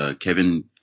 Kevin